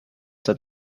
that